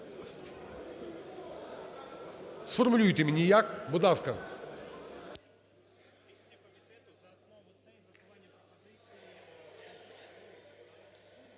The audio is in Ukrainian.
Сформулюйте мені як, будь ласка.